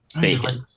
bacon